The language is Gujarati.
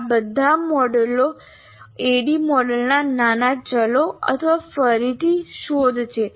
આ બધા મોડેલો ADDIE મોડેલના નાના ચલો અથવા ફરીથી શોધ છે